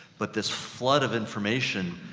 but this flood of information,